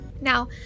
Now